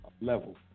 level